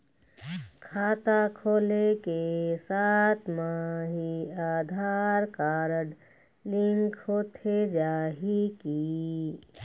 खाता खोले के साथ म ही आधार कारड लिंक होथे जाही की?